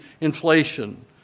inflation